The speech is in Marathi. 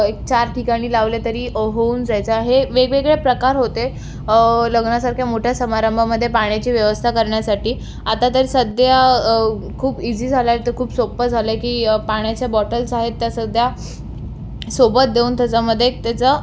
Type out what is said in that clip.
एक चार ठिकाणी लावले तरी होऊन जायचा हे वेगवेगळे प्रकार होते लग्नासारख्या मोठ्या समारंभामध्ये पाण्याची व्यवस्था करण्यासाठी आता तर सध्या खूप इझी झालं आहे आणि ते खूप सोपं झालं आहे की पाण्याच्या बॉटल्स आहेत त्या सध्या सोबत देऊन त्याच्यामध्ये एक त्याचं